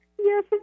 Yes